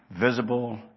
visible